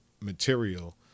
material